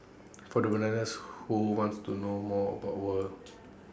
for the bananas who wants to know more about war